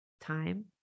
time